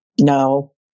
No